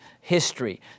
history